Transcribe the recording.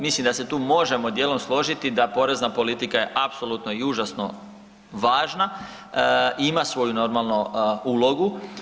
Mislim da se tu možemo dijelom složiti da je porezna politika apsolutno i užasno važna, ima svoju normalno ulogu.